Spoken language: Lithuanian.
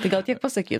tai gal tik pasakyti